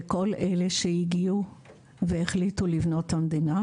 לכל אלה שהגיעו והחליטו לבנות את המדינה.